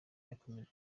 yakomeje